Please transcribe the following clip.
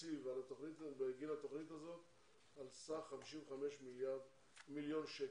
התקציב בגין התוכנית הזו על סך 55 מיליון שקל.